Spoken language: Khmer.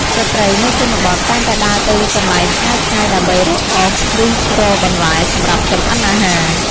ស្ត្រីនៅជនបទតែងតែដើរទៅកន្លែងឆ្ងាយៗដើម្បីរកអុស ឬរកបន្លែសម្រាប់ចម្អិនអាហារ។